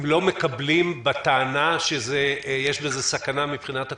הם לא מקבלים בטענה שיש בזה סכנה מבחינת הקורונה?